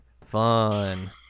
Fun